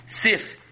Sif